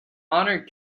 honor